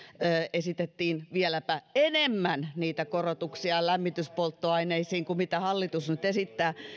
esitettiin vieläpä enemmän niitä korotuksia lämmityspolttoaineisiin kuin mitä hallitus nyt esittää